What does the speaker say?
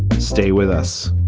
stay with us